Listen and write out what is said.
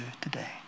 today